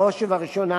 בראש ובראשונה,